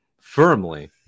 firmly